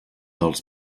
dels